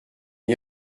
n’y